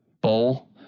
bowl